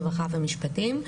רווחה ומשפטים.